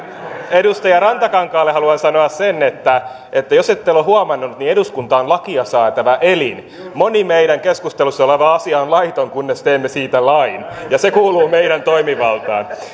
edustaja rantakankaalle haluan sanoa sen että että jos ette ole huomannut niin eduskunta on lakia säätävä elin moni meidän keskustelussa oleva asia on laiton kunnes teemme siitä lain ja se kuuluu meidän toimivaltaan